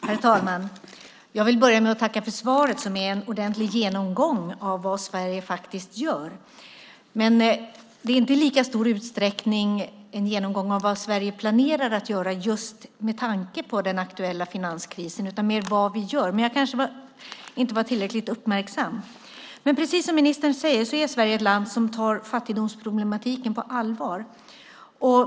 Herr talman! Jag vill börja med att tacka för svaret som är en ordentlig genomgång av vad Sverige faktiskt gör. Men det är inte i lika stor utsträckning en genomgång av vad Sverige planerar att göra just med tanke på den aktuella finanskrisen, utan mer vad vi gör. Men jag kanske inte var tillräckligt uppmärksam. Precis som ministern säger är Sverige ett land som tar fattigdomsproblematiken på allvar.